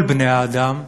כל בני-האדם,